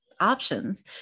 options